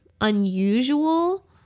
unusual